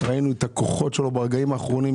ראינו את הכוחות שלו ברגעים האחרונים,